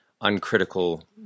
uncritical